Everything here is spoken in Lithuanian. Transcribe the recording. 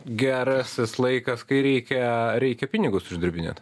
gerasis laikas kai reikia reikia pinigus uždirbinėti